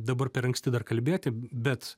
dabar per anksti dar kalbėti bet